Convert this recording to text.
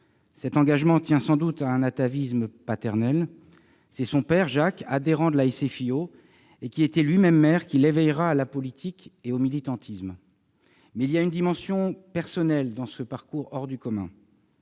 Cet engagement tient sans doute à un atavisme paternel. C'est son père Jacques, adhérent de la SFIO et lui-même maire, qui l'éveillera à la politique et au militantisme. Mais il y a une dimension personnelle dans ce parcours hors du commun